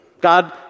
God